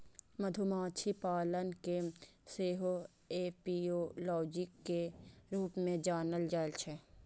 मधुमाछी पालन कें सेहो एपियोलॉजी के रूप मे जानल जाइ छै